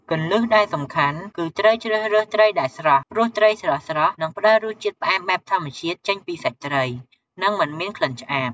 គន្លឹះដែលសំខាន់គឺត្រូវជ្រើសរើសត្រីដែលស្រស់ ព្រោះត្រីស្រស់ៗនឹងផ្តល់រសជាតិផ្អែមបែបធម្មជាតិចេញពីសាច់ត្រី និងមិនមានក្លិនឆ្អាប។